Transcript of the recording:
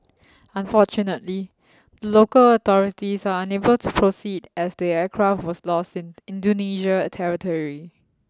unfortunately the local authorities are unable to proceed as the aircraft was lost in Indonesia territory